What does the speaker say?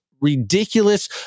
ridiculous